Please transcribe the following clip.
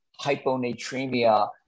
hyponatremia